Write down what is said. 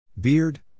Beard